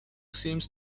seems